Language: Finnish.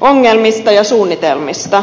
ongelmista ja suunnitelmista